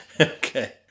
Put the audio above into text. Okay